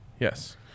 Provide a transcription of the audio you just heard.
Yes